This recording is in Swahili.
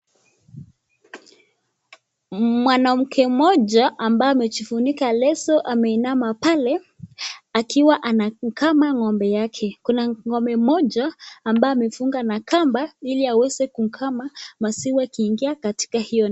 Mwanamke moja ambaye amejifunika leso ameinama pale akiwa anakama ng'ombe yake, na kuna ng'ombe moja ambaye amefunga na kamba ili aweze kukama maziwa akingia katika hiyo.